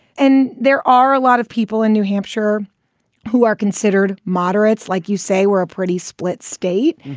and there are a lot of people in new hampshire who are considered moderates. like you say, we're a pretty split state,